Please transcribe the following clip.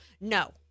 No